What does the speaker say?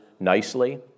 nicely